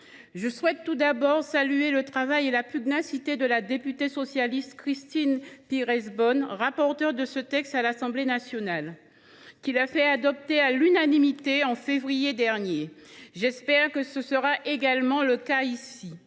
Je souhaite tout d’abord saluer le travail et la pugnacité de la députée socialiste Christine Pires Beaune, rapporteure de ce texte à l’Assemblée nationale, qui l’a fait adopter à l’unanimité en février dernier. J’espère que ce sera également le cas ici.